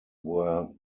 were